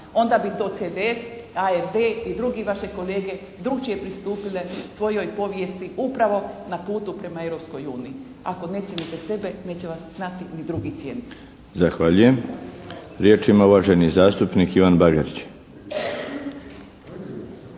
onda mi to CDF, ARB i drugi vaše kolege drukčije pristupile svojoj povijesti upravo na putu prema Europskoj uniji. Ako ne cijenite sebe neće vas znati ni drugi cijeniti. **Milinović, Darko (HDZ)** Zahvaljujem. Riječ ima uvaženi zastupnik Ivan Bagarić.